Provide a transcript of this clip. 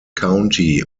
county